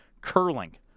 curling